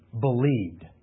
believed